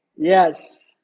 Yes